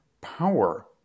power